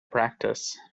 practice